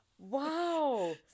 wow